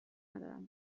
ندارم